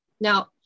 Now